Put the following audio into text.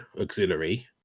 auxiliary